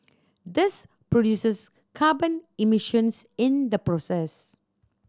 this produces carbon emissions in the process